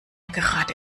gerade